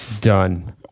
Done